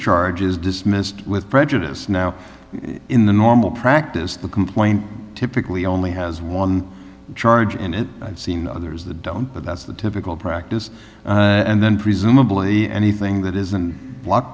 charges dismissed with prejudice now in the normal practice the complaint typically only has one charge in it i've seen others that don't but that's the typical practice and then presumably anything that isn't lock